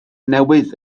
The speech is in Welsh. newydd